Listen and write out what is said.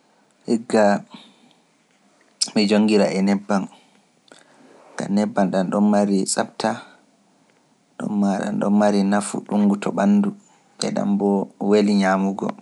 igga mi jonngira e nebbam, ngam nebbam ɗamɗon marii tsafta ɗon maa ɗamɗon mari nafu ɗuuɗngu to ɓanndu e ɗam boo weli nyaamugo.